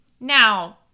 Now